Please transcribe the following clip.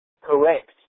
correct